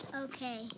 Okay